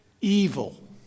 evil